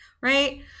Right